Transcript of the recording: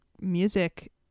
music